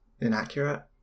inaccurate